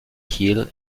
hill